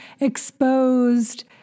exposed